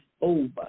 over